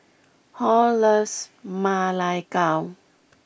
Hall loves Ma Lai Gao